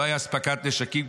לא הייתה אספקת נשקים,